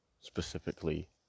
specifically